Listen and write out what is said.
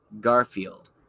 Garfield